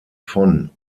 von